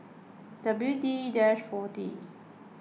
W D forty